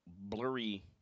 blurry